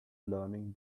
learning